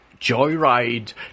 joyride